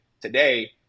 today